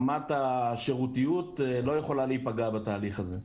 רמת השירותיות לא יכולה להיפגע בתהליך הזה.